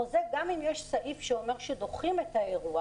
גם אם יש סעיף בחוזה שאומר שדוחים את האירוע,